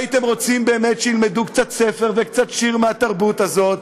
והייתם רוצים באמת שילמדו קצת ספר וקצת שיר מהתרבות הזאת,